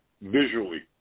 visually